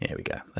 and we go,